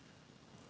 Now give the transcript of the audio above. Hvala.